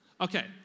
Okay